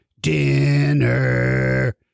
dinner